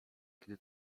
gdy